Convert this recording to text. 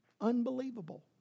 unbelievable